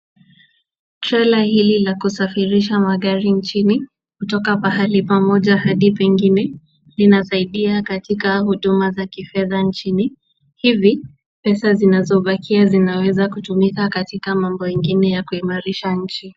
Trela hili la kusafirisha magari nchini, kutoka pahali pamoja hadi pengine, linasaidia katika huduma za kifedha nchini, hivi pesa zinazobakia zinaweza kutumika katika mambo ingine ya kuimarisha nchi.